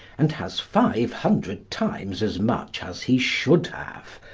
and has five hundred times as much as he should have,